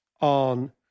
on